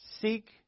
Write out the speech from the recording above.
Seek